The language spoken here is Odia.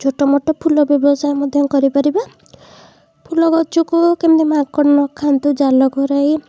ଛୋଟମୋଟ ଫୁଲ ବ୍ୟବସାୟ ମଧ୍ୟ କରିପାରିବା ଫୁଲଗଛକୁ କେମିତି ମାଙ୍କଡ଼ ନଖାନ୍ତୁ ଜାଲ ଘୋଡ଼ାଇ